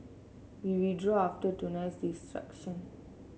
we withdrew after tonight's